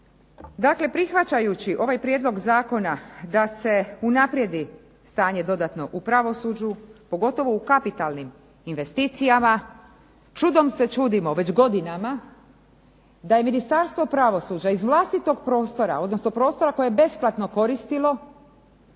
Dakle, prihvaćajući ovaj prijedlog zakona da se unaprijedi stanje dodatno u pravosuđu pogotovo u kapitalnim investicijama čudom se čudimo već godinama da je Ministarstvo pravosuđa iz vlastitog prostora odnosno prostora koje je besplatno koristilo